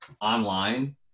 online